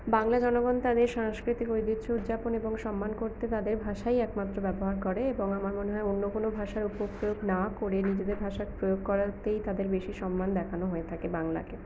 বাংলা জনগণ তাদের সাংস্কৃতিক ঐতিহ্য উদযাপন এবং সম্মান করতে তাদের ভাষাই একমাত্র ব্যবহার করে এবং আমার মনে হয় অন্য কোনো ভাষার উপপ্রয়োগ না করে নিজেদের ভাষার প্রয়োগ করাতেই তাদের বেশি সম্মান দেখানো হয়ে থাকে বাংলাকে